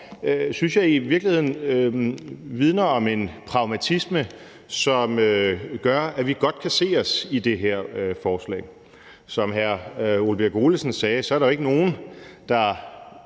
virkeligheden vidner om en pragmatisme, som gør, at vi godt kan se os i det her forslag. Som hr. Ole Birk Olesen sagde, er der ikke nogen, der